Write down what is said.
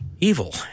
evil